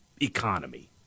economy